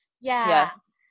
Yes